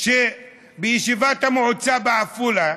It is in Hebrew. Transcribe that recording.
שבישיבת המועצה בעפולה,